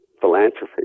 philanthropy